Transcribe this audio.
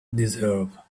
deserve